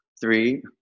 three